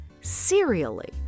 serially